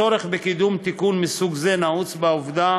הצורך בקידום תיקון מסוג זה נעוץ בעובדה